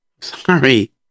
Sorry